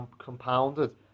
compounded